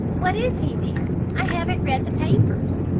what is he then? i haven't read the papers.